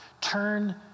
Turn